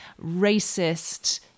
racist